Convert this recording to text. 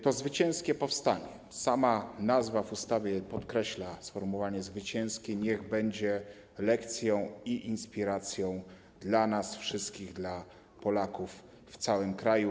To zwycięskie powstanie - sama nazwa w ustawie podkreśla sformułowanie: zwycięskie - niech będzie lekcją i inspiracją dla nas wszystkich, dla Polaków w całym kraju.